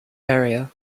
area